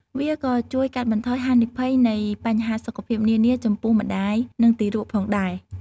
វាក៏ជួយកាត់បន្ថយហានិភ័យនៃបញ្ហាសុខភាពនានាចំពោះម្តាយ និងទារកផងដែរ។